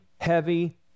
heavy